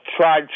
tried